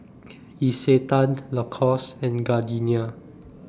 Isetan Lacoste and Gardenia